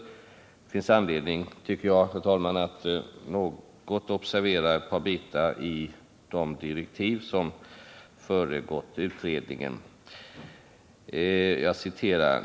Det finns anledning tycker jag, herr talman, att något observera ett par bitar av de direktiv som föregått utredningen.